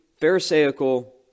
pharisaical